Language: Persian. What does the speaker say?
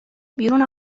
بیرون